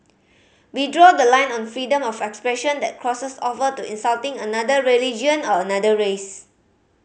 we draw the line on freedom of expression that crosses over to insulting another religion or another race